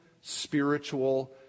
spiritual